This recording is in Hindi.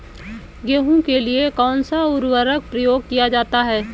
गेहूँ के लिए कौनसा उर्वरक प्रयोग किया जाता है?